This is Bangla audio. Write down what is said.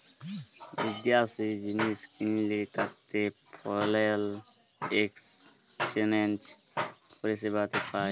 বিদ্যাশি জিলিস কিললে তাতে ফরেল একসচ্যানেজ পরিসেবাতে পায়